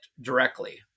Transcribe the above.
directly